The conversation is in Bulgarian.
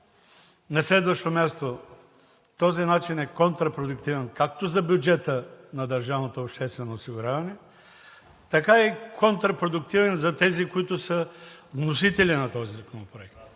На следващо място, този начин е контрапродуктивен както за бюджета на държавното обществено осигуряване, така и контрапродуктивен за тези, които са вносители на Законопроекта.